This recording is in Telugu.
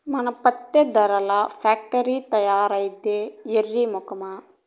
మన పత్తే దారాల్ల ఫాక్టరీల్ల తయారైద్దే ఎర్రి మొకమా